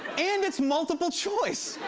and it's multiple choice.